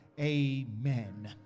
Amen